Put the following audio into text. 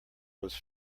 was